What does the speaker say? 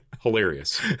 hilarious